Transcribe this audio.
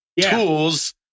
tools